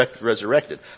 resurrected